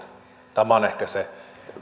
tämä on ehkä se